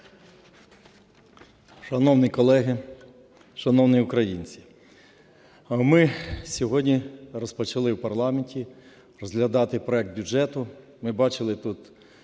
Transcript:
Шановні колеги, шановні українці! Ми сьогодні розпочали в парламенті розглядати проект бюджету. Ми бачили тут